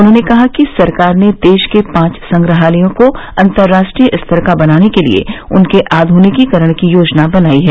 उन्हॉने कहा कि सरकार ने देश के पांच संग्रहालयों को अंतर्राष्ट्रीय स्तर का बनाने के लिए उनके आधुनिकीकरण की योजना बनाई है